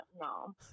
No